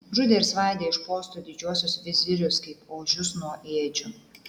žudė ir svaidė iš postų didžiuosius vizirius kaip ožius nuo ėdžių